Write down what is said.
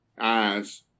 eyes